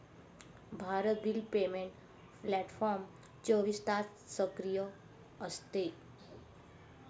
Bharat bill payment platform चोवीस तास सक्रिय असते